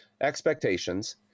expectations